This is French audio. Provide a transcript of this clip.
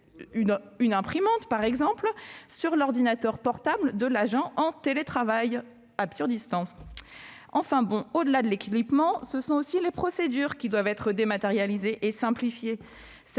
une imprimante, sur l'ordinateur portable de l'agent en télétravail :« Absurdistan »! Au-delà de l'équipement, ce sont aussi les procédures qui doivent être dématérialisées et simplifiées.